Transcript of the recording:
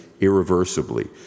irreversibly